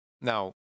Now